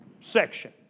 section